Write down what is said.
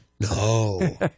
No